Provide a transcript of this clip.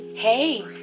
hey